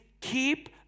keep